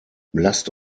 lasst